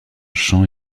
champ